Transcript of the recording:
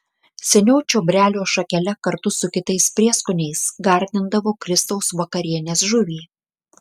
seniau čiobrelio šakele kartu su kitais prieskoniais gardindavo kristaus vakarienės žuvį